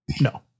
No